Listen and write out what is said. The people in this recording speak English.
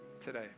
today